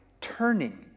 turning